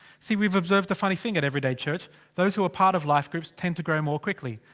see we've observed a funny thing at everyday church those who are part of. life groups tend to grow more quickly.